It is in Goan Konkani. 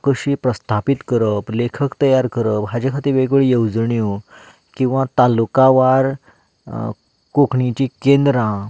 कशी प्रस्थापीत करप लेखक तयार करप हाचे खातीर वेगवेगळ्यो येवजण्यो किंवा तालुका पांवड्यार कोंकणीचीं केंद्रां